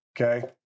okay